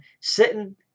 sitting